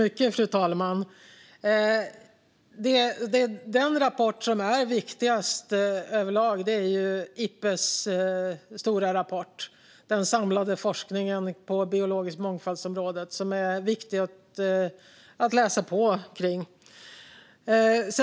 Fru talman! Den rapport som är viktigast överlag är Ipbes stora rapport om den samlade forskningen på området biologisk mångfald. Detta är det viktigt att läsa på om.